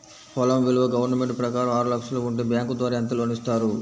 పొలం విలువ గవర్నమెంట్ ప్రకారం ఆరు లక్షలు ఉంటే బ్యాంకు ద్వారా ఎంత లోన్ ఇస్తారు?